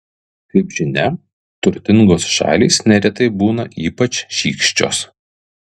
kaip žinia turtingos šalys neretai būna ypač šykščios